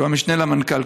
שהוא המשנה למנכ"ל,